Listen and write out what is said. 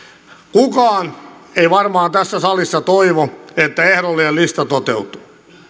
kukaan ei varmaan tässä salissa toivo että ehdollinen lista toteutuu